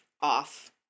off